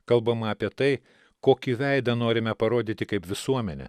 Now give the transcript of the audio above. kalbama apie tai kokį veidą norime parodyti kaip visuomenę